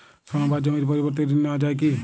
সোনা বা জমির পরিবর্তে ঋণ নেওয়া যায় কী?